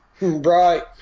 Right